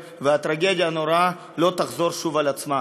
והטרגדיה הנוראה לא תחזור שוב על עצמה.